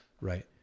Right